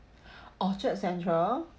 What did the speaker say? orchard central